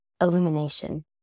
illumination